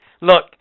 Look